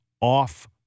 off